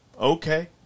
Okay